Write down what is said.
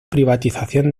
privatización